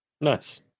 Nice